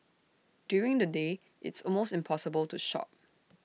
during the day it's almost impossible to shop